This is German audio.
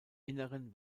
inneren